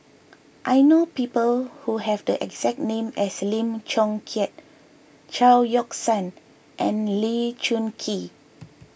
I know people who have the exact name as Lim Chong Keat Chao Yoke San and Lee Choon Kee